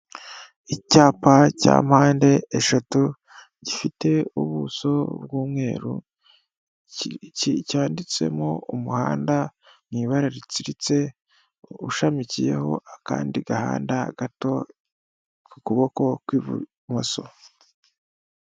Icyapa cya mpande eshatu, gifite ubuso bw'umweru, cyanditsemo umuhanda mu ibara ritsiritse, ushamikiyeho akandi gahanda gato, ku kuboko kw'ibumoso.